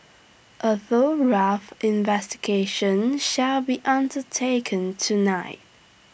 A thorough investigation shall be undertaken tonight